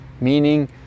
meaning